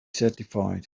certified